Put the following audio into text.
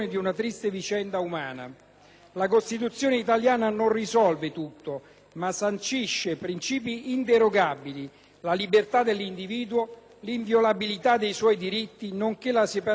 La Costituzione italiana non risolve tutto, ma sancisce princìpi inderogabili: la libertà dell'individuo, l'inviolabilità dei suoi diritti nonché la separazione dei poteri dello Stato.